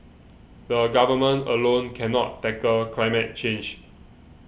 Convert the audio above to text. the Government alone cannot tackle climate change